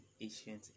ancient